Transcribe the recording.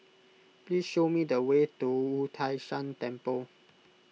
please show me the way to Wu Tai Shan Temple